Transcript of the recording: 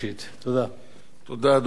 תודה, אדוני.